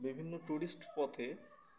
বিভিন্ন ট্যুরিস্ট পথে